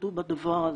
שתפקדו בדבר הזה.